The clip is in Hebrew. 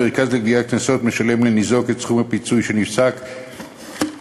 המרכז לגביית קנסות משלם לניזוק את סכום הפיצוי שנפסק עד